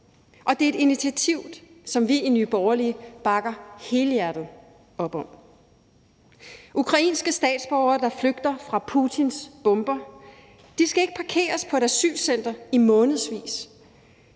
og det er et initiativ, som vi i Nye Borgerlige bakker helhjertet op om. Ukrainske statsborgere, der flygter fra Putins bomber, skal ikke parkeres på et asylcenter i månedsvis,